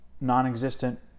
non-existent